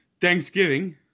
Thanksgiving